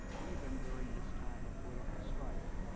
even during this time of political strife,